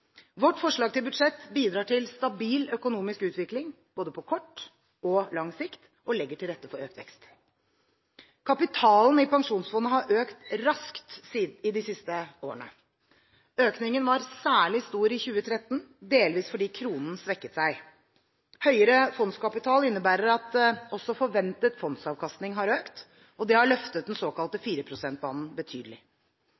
Vårt forslag til budsjett bidrar til stabil økonomisk utvikling – både på kort og lang sikt – og legger til rette for økt vekst. Kapitalen i pensjonsfondet har økt raskt de siste årene. Økningen var særlig stor i 2013, delvis fordi kronen svekket seg. Høyere fondskapital innebærer at også forventet fondsavkastning har økt. Dette har løftet den såkalte